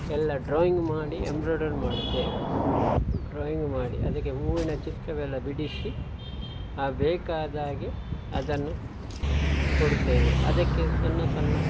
ಎಲ್ಲ ಡ್ರಾಯಿಂಗ್ ಮಾಡಿ ಎಂಬ್ರಾಡರ್ ಮಾಡುತ್ತೇವೆ ಡ್ರಾಯಿಂಗ್ ಮಾಡಿ ಅದಕ್ಕೆ ಹೂವಿನ ಚಿತ್ರವೆಲ್ಲ ಬಿಡಿಸಿ ಬೇಕಾದಾಗೆ ಅದನ್ನು ಕೊಡುತ್ತೇವೆ ಅದಕ್ಕೆ ಸಣ್ಣ ಸಣ್ಣ